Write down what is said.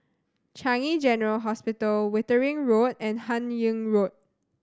Changi General Hospital Wittering Road and Hun Yeang Road